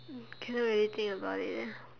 um cannot really think about it eh